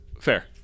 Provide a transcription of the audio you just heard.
Fair